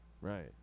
right